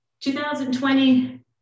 2020